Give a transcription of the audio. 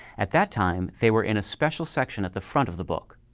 at that time, they were in a special section at the front of the book.